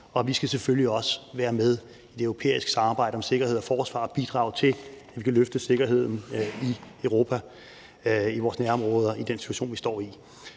og vi skal selvfølgelig også være med i det europæiske samarbejde om sikkerhed og forsvar og bidrage til, at vi kan løfte sikkerheden i Europa, i vores nærområder, i den situation, vi står i.